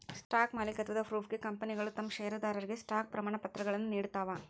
stock ಮಾಲೇಕತ್ವದ ಪ್ರೂಫ್ಗೆ ಕಂಪನಿಗಳ ತಮ್ ಷೇರದಾರರಿಗೆ ಸ್ಟಾಕ್ ಪ್ರಮಾಣಪತ್ರಗಳನ್ನ ನೇಡ್ತಾವ